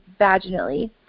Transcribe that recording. vaginally